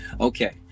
Okay